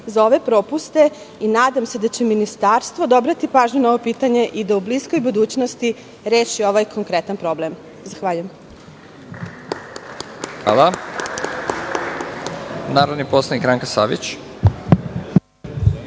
za ove propuste i nadam se da će ministarstvo da obrati pažnju na ovo pitanje i da u bliskoj budućnosti reši ovaj konkretan problem. Zahvaljujem. **Nebojša Stefanović**